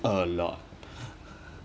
a lot